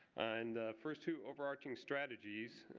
and first two overarching strategies,